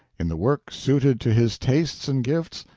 in the work suited to his tastes and gifts,